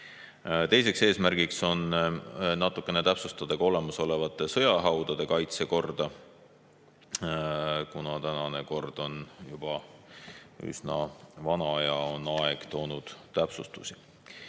Teine eesmärk on natukene täpsustada olemasolevate sõjahaudade kaitse korda, kuna kehtiv kord on juba üsna vana ja aeg on toonud täpsustusi.